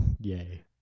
Yay